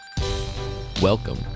Welcome